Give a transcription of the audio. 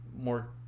more